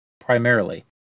primarily